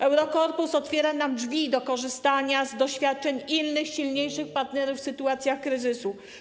Eurokorpus otwiera nam drzwi do korzystania z doświadczeń innych, silniejszych partnerów w sytuacjach kryzysu.